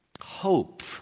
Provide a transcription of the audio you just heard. hope